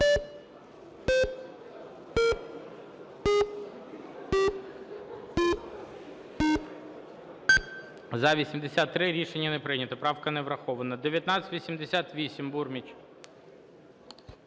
За-83 Рішення не прийнято. Правка не врахована.